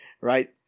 right